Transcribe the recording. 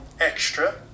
extra